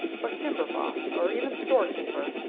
or timber boss, or even store-keeper,